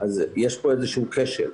יש פה איזה כשל.